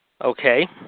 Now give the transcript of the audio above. Okay